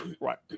Right